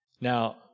Now